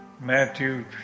Matthew